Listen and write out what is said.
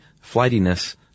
flightiness